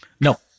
No